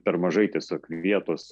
per mažai tiesiog vietos